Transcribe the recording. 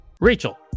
Rachel